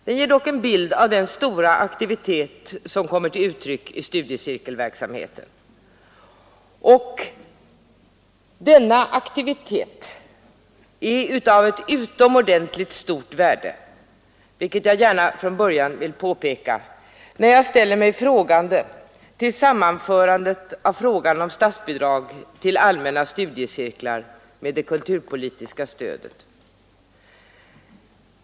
Den ger dock en bild av den stora aktivitet som kommer till uttryck i studiecirkelverksamheten. Denna aktivitet är av ett utomordentligt stort värde, vilket jag gärna från början vill påpeka, när jag ställer mig undrande till sammanförandet av frågan om statsbidrag till allmänna studiecirklar med det kulturpolitiska stödet.